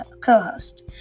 co-host